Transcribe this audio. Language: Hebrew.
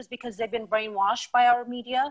כי עשו להם כבר שטיפת מוח במדיה הערבית.